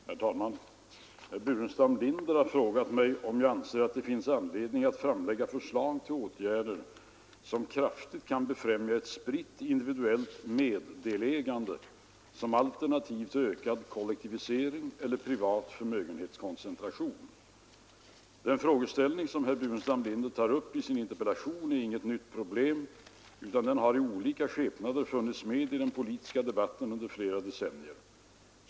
Herr talman! Herr Burenstam Linder har frågat mig om jag anser att det finns anledning att framlägga förslag till åtgärder som kraftigt kan befrämja ett spritt, individuellt meddelägande som alternativ till ökad kollektivisering eller privat förmögenhetskoncentration. Den frågeställning som herr Burenstam Linder tar upp i sin interpellation är inget nytt problem utan den har i olika skepnader funnits med i den politiska debatten under flera decennier.